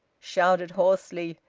shouted hoarsely,